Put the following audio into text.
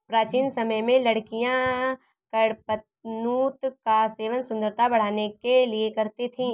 प्राचीन समय में लड़कियां कडपनुत का सेवन सुंदरता बढ़ाने के लिए करती थी